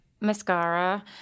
mascara